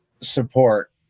support